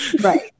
right